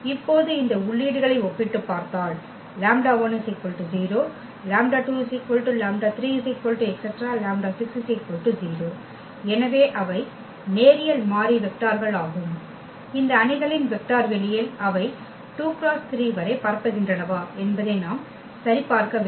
இப்போது இந்த உள்ளீடுகளை ஒப்பிட்டுப் பார்த்தால் எனவே அவை நேரியல் மாறி வெக்டார்கள் ஆகும் இந்த அணிகளின் வெக்டர் வெளியில் அவை 2×3 வரை பரப்புகின்றனவா என்பதை நாம் சரிபார்க்க வேண்டும்